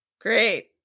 great